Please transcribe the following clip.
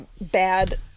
bad